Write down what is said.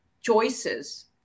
choices